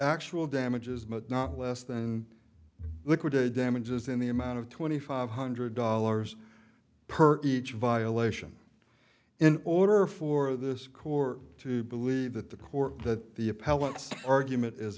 actual damages but not less than liquidated damages in the amount of twenty five hundred dollars per each violation in order for this core to believe that the court that the appellants argument is